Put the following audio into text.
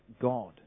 God